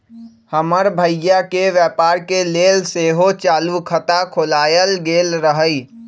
हमर भइया के व्यापार के लेल सेहो चालू खता खोलायल गेल रहइ